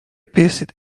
pierced